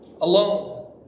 alone